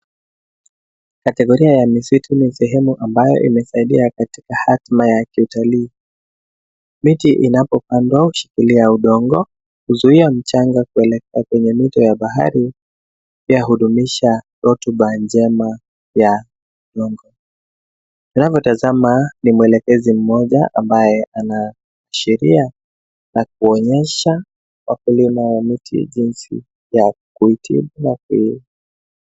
Kategoria ya misitu ambayo imesaidia katika hatima yake utalii. Miti inapopandwa hushikilia udongo, huzuia mchanga kuelekea kwenye mito ya bahari, pia hudumisha rotuba njema ya udongo. Ninavyotazama ni mwelekezi mmoja ambaye anaashiria na kuonyesha wakulima wa miti ya jinsi ya kuitibu na kui,